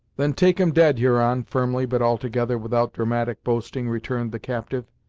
then take em dead, huron, firmly, but altogether without dramatic boasting, returned the captive.